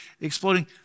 exploding